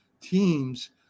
teams